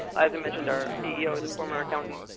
as i mentioned, our ceo is a former accountant.